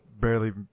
Barely